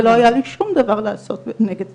ולא היה לי שום דבר לעשות נגד זה.